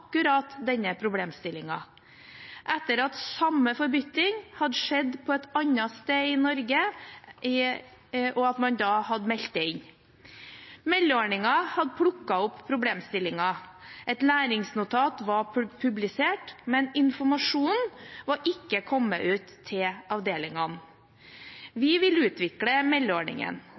denne problemstillingen, etter at samme forbytting hadde skjedd på et annet sted i Norge og det var meldt det inn. Meldeordningen hadde plukket opp problemstillingen, et læringsnotat var publisert, men informasjonen var ikke kommet ut til avdelingene. Vi vil utvikle meldeordningen.